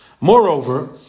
Moreover